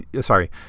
sorry